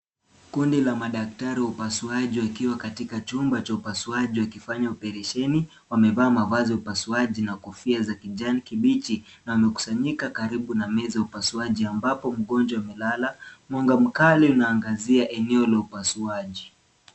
Kundi la madaktari upasuaji wakiwa katika chumba cha upasuaji wakifanya operesheni. Wamevaa mavazi ya upasuaji na kofia za kijani kibichi na wamekusanyika karibu na meza ya upasuaji ambapo mgonjwa amelala. Mwanga mkali unaangazia eneo la upasuaji.